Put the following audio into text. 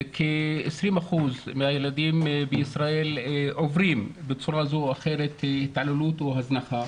כ-20% מהילדים בישראל עוברים בצורה זו או אחרת התעללות או הזנחה.